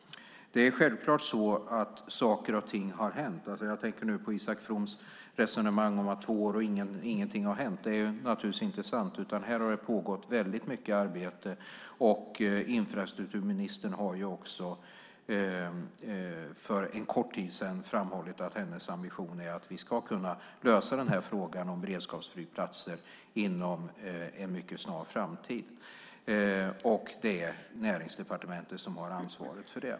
Saker och ting har hänt, och jag tänker nu på Isak Froms resonemang om att det har gått två år utan att någonting har hänt. Det är inte sant. Här har det pågått väldigt mycket arbete. Infrastrukturministern har också för en kort tid sedan framhållit att det är hennes ambition att vi ska kunna lösa den här frågan om beredskapsflygplatser inom en mycket snar framtid, och det är Näringsdepartementet som har ansvaret för det.